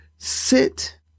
Sit